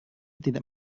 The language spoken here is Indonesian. tidak